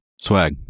Swag